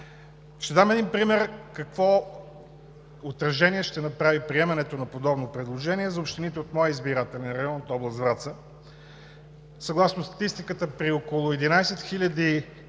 Ще дам един пример какво отражение ще направи приемането на подобно предложение за общините от моя избирателен район – област Враца. Съгласно статистиката при около 11 хил.